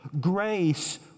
Grace